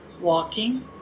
walking